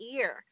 ear